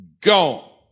gone